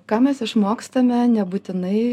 ką mes išmokstame nebūtinai